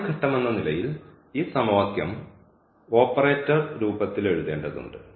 ആദ്യ ഘട്ടമെന്ന നിലയിൽ ഈ സമവാക്യം ഓപ്പറേറ്റർ രൂപത്തിൽ എഴുതേണ്ടതുണ്ട്